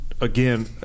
again